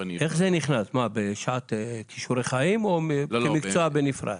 איך זה נכנס, בשעת כישורי חיים או כמקצוע בנפרד?